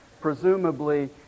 Presumably